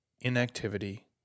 inactivity